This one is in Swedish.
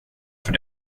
för